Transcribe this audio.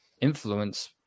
influence